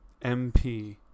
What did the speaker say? MP